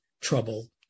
trouble